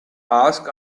ask